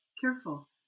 careful